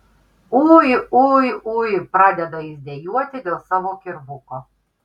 ui ui ui pradeda jis dejuoti dėl savo kirvuko